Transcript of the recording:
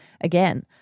again